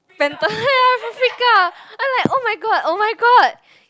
like freak out I like oh-my-god oh-my-god